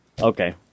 Okay